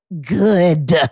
good